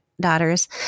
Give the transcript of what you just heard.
daughters